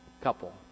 couple